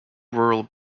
rural